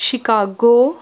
Chicago